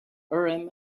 urim